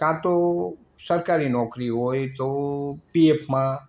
કાં તો સરકારી નોકરી હોય તો પી એફમાં